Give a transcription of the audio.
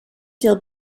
dill